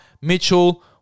Mitchell